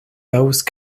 those